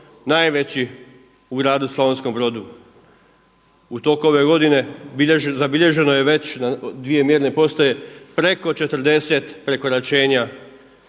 najveći u gradu Slavonskom Brodu. U toku ove godine zabilježeno je već na dvije mjerne postaje preko 40 prekoračenja